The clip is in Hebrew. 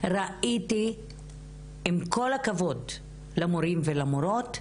עם כל הכבוד למורים ולמורות,